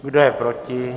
Kdo je proti?